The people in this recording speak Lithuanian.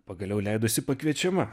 pagaliau leidosi pakviečiama